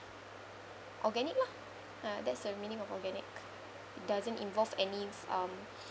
oganic lah ah that's the meaning of organic it doesn't involve any um